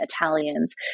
Italians